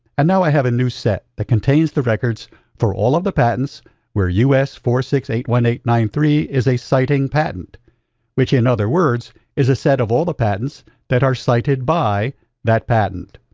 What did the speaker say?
and now i have a new set that contains the records for all of the patents where us four six eight one eight nine three is a citing patent which in other words is a set of all the patents that are cited by that patent.